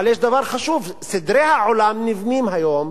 אבל יש דבר חשוב: סדרי העולם נבנים היום